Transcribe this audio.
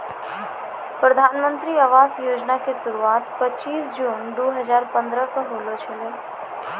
प्रधानमन्त्री आवास योजना के शुरुआत पचीश जून दु हजार पंद्रह के होलो छलै